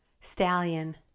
Stallion